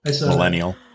Millennial